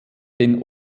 den